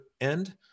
end